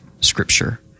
scripture